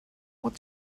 what